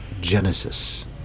Genesis